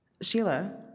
Sheila